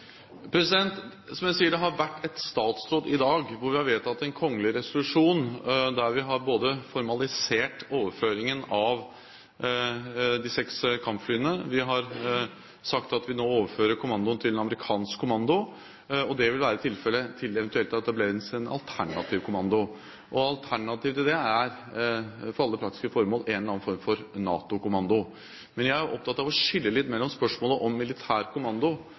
dag. Som jeg sier: Det har vært et statsråd i dag hvor vi har vedtatt en kongelig resolusjon, der vi både har formalisert overføringen av de seks kampflyene, og vi har sagt at vi nå overfører kommandoen til en amerikansk kommando. Det vil være tilfellet til det eventuelt etableres en alternativ kommando. Alternativet til det er, for alle praktiske formål, en eller annen form for NATO-kommando. Men jeg er opptatt av å skille litt mellom spørsmålet om militær kommando